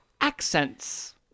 Accents